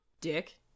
dick